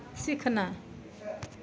सिखनाय